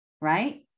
right